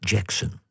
Jackson